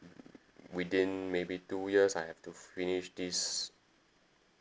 within maybe two years I have to finish this